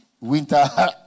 winter